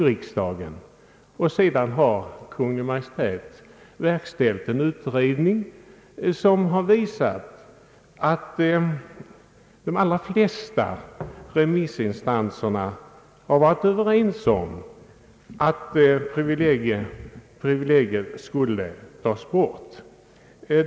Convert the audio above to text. Riksdagen beslutade hemställa om denna utredning, och de allra flesta remissinstanserna har varit överens om att privilegiet bör tas bort.